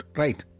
right